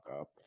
up